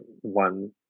one